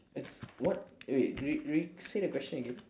it's what eh wait re~ re~ re~ say the question again